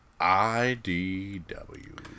IDW